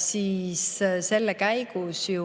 sõda lõpeb, siis